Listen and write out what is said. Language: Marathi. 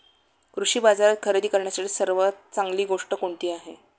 कृषी बाजारात खरेदी करण्यासाठी सर्वात चांगली गोष्ट कोणती आहे?